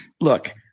look